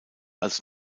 als